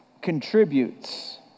contributes